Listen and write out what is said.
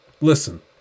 listen